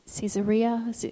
Caesarea